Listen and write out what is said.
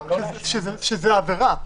שזאת עבירה.